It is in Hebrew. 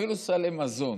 אפילו סלי מזון,